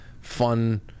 fun